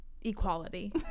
equality